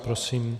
Prosím.